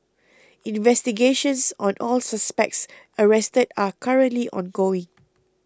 investigations on all suspects arrested are currently ongoing